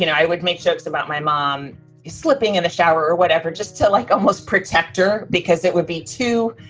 you know i would make jokes about my mom slipping in the shower or whatever just to, like, almost protect her because it would be too,